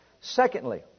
Secondly